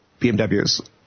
BMWs